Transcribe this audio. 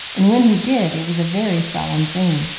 and when he did, it was a very solemn thing.